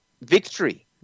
victory